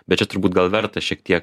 bet čia turbūt gal verta šiek tiek